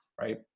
right